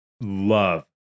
love